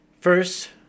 First